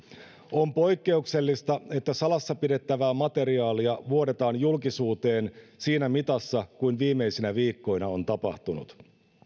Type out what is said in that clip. on poikkeuksellista että salassa pidettävää materiaalia vuodetaan julkisuuteen siinä mitassa kuin viimeisinä viikkoina on tapahtunut